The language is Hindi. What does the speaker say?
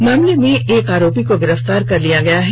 इस मामले में एक आरोपी को गिरफ्तार कर लिया गया है